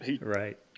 Right